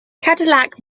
cadillac